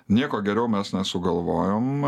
nieko geriau mes nesugalvojom